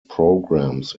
programs